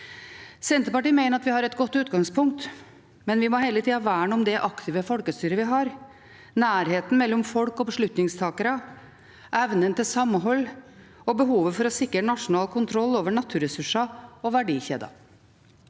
Senterpartiet mener at vi har et godt utgangspunkt, men vi må hele tida verne om det aktive folkestyret vi har, nærheten mellom folk og beslutningstakere, evnen til samhold og behovet for å sikre nasjonal kontroll over naturressurser og verdikjeder.